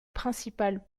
principal